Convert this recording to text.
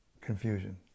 confusion